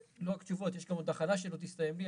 לא רק תשובות, יש גם הכנה שלא תסתיים לי.